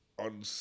On